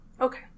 Okay